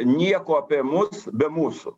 nieko apie mus be mūsų